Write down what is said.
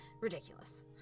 ridiculous